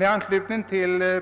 I anslutning till.